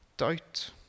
Doubt